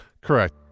Correct